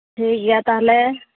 ᱴᱷᱤᱠ ᱜᱮᱭᱟ ᱛᱟᱦᱚᱞᱮ